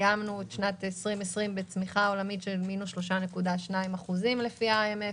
סיימנו את שנת 2020 בצמיחה עולמית של מינוס 3.2% לפי ה-IMF,